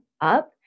up